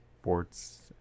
sports